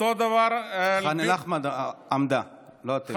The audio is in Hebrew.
אותו דבר, ח'אן אל-אחמר עמדה, לא אתם.